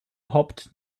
hopped